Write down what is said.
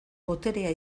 boterea